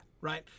right